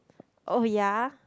oh ya